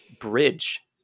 bridge